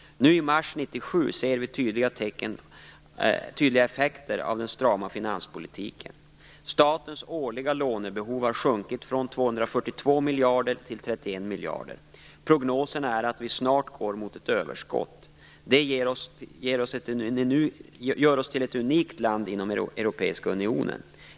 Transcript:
Nu i mars 1997 ser vi tydliga effekter av den strama finanspolitiken. Statens årliga lånebehov har sjunkit från 242 miljarder till 31 miljarder. Prognoserna är att vi snart går mot ett överskott. Det gör oss till ett unikt land inom Europeiska unionen.